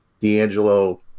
D'Angelo